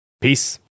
Peace